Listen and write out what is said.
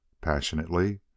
passionately